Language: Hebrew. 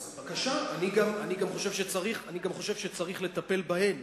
אז בבקשה, אני גם חושב שצריך לטפל בהן.